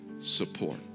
support